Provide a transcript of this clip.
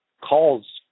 calls